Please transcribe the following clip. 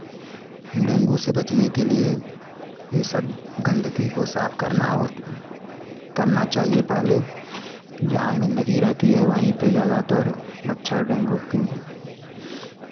dengue से बचने के लिए ये सब गंदगी को साफ करना हो करना चाहिए पहले की जहाँ गंदगी रहती है वहीं पे ज़्यादातर मच्छर डेंगू की